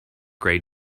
gray